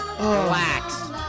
Relax